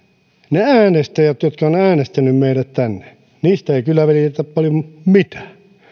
ne äänestäjät jotka ovat äänestäneet meidät tänne niistä ei kyllä välitetä paljon mitään